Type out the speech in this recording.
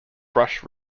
brush